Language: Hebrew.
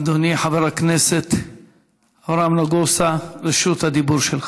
אדוני חבר הכנסת אברהם נגוסה, רשות הדיבור שלך.